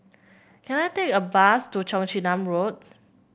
can I take a bus to Cheong Chin Nam Road